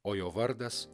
o jo vardas